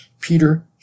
Peter